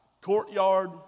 Courtyard